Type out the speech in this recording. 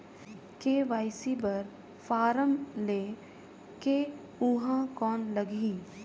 KYC बर form ले के ऊहां कौन लगही?